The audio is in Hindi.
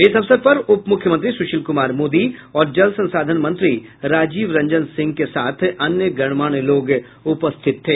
इस अवसर पर उप मुख्यमंत्री सुशील कुमार मोदी और जल संसाधन मंत्री राजीव रंजन सिंह के साथ अन्य गणमान्य लोग उपस्थित थे